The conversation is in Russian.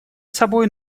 собой